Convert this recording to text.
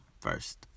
first